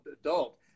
adult